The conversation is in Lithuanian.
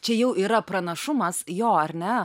čia jau yra pranašumas jo ar ne